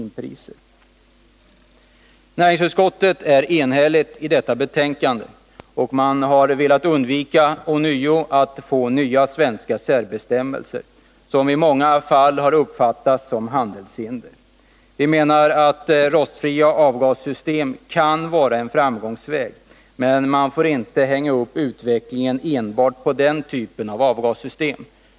Näringsutskottet är enhälligt. Man har ånyo velat undvika att få nya svenska särbestämmelser, som i många fall har uppfattats som handelshinder. Vi menar att rostfria avgassystem kan vara en framkomlig väg, men man får inte hänga upp utvecklingen på enbart den typen av avgassystem.